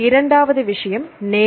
இரண்டாவது விஷயம் நேரம்